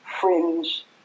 Fringe